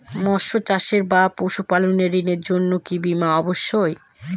মৎস্য চাষ বা পশুপালন ঋণের জন্য কি বীমা অবশ্যক?